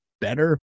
better